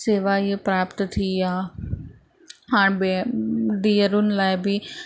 सेवा इअं प्राप्त थी आहे हाणे भे धीअरुनि लाइ बि